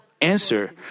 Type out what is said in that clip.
Answer